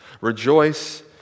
Rejoice